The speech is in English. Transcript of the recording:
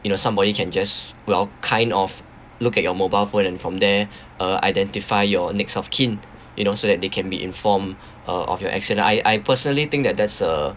you know somebody can just well kind of look at your mobile phone and from there uh identify your next of kin you know so that they can be informed uh of your acci~ I I personally think that that's a